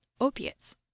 opiates